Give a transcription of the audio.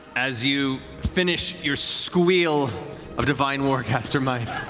as you finish your squeal of divine war caster might